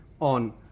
on